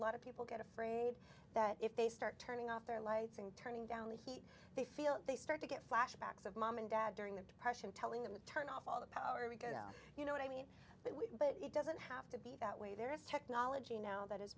lot of people get afraid that if they start turning off their lights and turning down the heat they feel they start to get flashbacks of mom and dad during the depression telling them to turn off all the power we get out you know what i mean but we but it doesn't have to be that way there is technology now that i